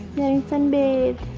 getting sunbathed.